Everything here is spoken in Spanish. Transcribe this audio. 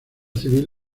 civil